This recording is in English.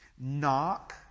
Knock